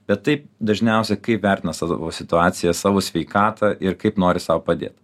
bet taip dažniausia kaip vertina savo situaciją savo sveikatą ir kaip nori sau padėt